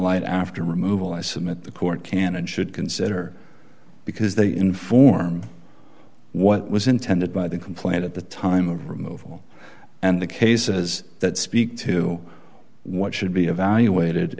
light after removal i submit the court can and should consider because they inform what was intended by the complaint at the time of removal and the cases that speak to what should be evaluated